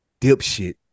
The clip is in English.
dipshit